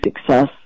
success